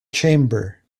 chamber